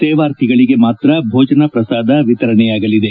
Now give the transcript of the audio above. ಸೇವಾರ್ಥಿಗಳಿಗೆ ಮಾತ್ರ ಭೋಜನ ಪ್ರಸಾದ ವಿತರಣೆಯಾಗಲಿದೆ